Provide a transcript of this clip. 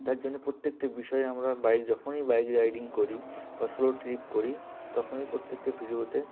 তার জন্যে প্রত্যেকটা বিষয়ে আমরা বাইক যখনই বাইক রাইডিং করি বা সোলো ট্রিপ করি তখনই প্রত্যেকটা ভিডিওতে